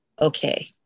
okay